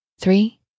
three